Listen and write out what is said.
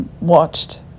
watched